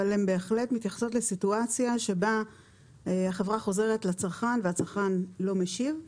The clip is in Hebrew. אבל הן בהחלט מתייחסות לסיטואציה שבה החברה חוזרת לצרכן והצרכן לא משיב.